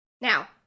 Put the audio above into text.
Now